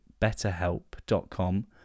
betterhelp.com